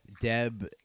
Deb